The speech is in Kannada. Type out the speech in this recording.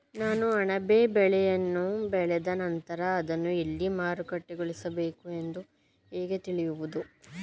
ನಾನು ಅಣಬೆ ಬೆಳೆಯನ್ನು ಬೆಳೆದ ನಂತರ ಅದನ್ನು ಎಲ್ಲಿ ಮಾರುಕಟ್ಟೆಗೊಳಿಸಬೇಕು ಎಂದು ಹೇಗೆ ತಿಳಿದುಕೊಳ್ಳುವುದು?